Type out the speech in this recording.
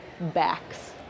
backs